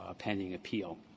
ah pending appeal.